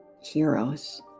heroes